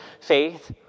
faith